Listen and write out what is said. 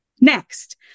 Next